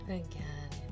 again